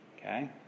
okay